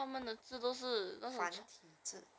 石榴 lor 番石榴